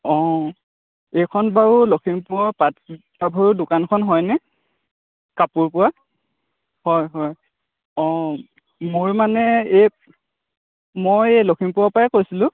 অঁ এইখন বাৰু লখিমপুৰৰ পাটকাপোৰৰ দোকানখন হয়নে কাপোৰ পোৱা হয় হয় অঁ মোৰ মানে এই মই এই লখিমপুৰৰ পৰাই কৈছিলো